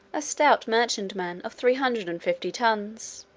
a stout merchantman of three hundred and fifty tons